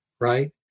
right